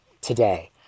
today